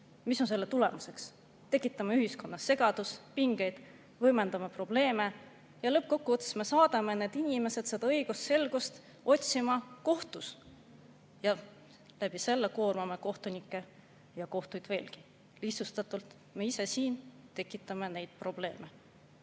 mis on selle tulemuseks? Tekitame ühiskonnas segadust, pingeid, võimendame probleeme ja lõppkokkuvõttes me saadame need inimesed seda õigusselgust otsima kohtust ja läbi selle koormame kohtunikke ja kohtuid veelgi. Lihtsustatult, me ise siin tekitame neid probleeme.